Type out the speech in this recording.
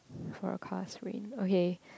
forecast rain okay